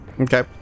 Okay